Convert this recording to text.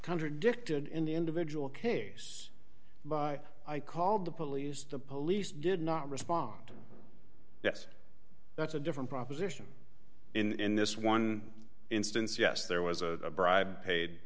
contradicted in the individual case by i called the police the police did not respond yes that's a different proposition in this one instance yes there was a bribe paid